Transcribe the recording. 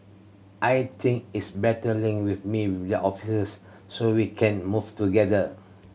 I think it's better link with me officers so we can move together